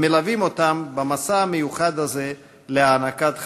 המלווים אותם במסע המיוחד הזה להענקת חיים.